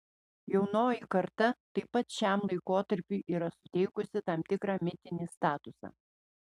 jaunoji karta taip pat šiam laikotarpiui yra suteikusi tam tikrą mitinį statusą